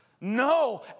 No